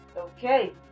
Okay